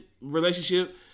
relationship